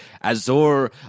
Azor